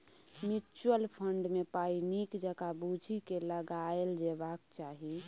mutual fund मे पाइ नीक जकाँ बुझि केँ लगाएल जेबाक चाही